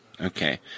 Okay